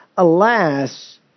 Alas